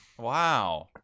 Wow